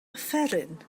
offeryn